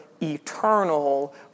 eternal